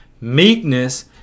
Meekness